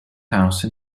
house